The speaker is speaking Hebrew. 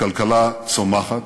הכלכלה צומחת,